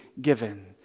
given